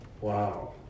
Wow